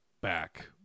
back